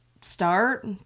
start